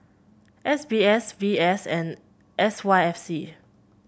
S B S V S and S Y F C